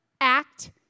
act